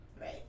Right